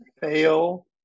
fail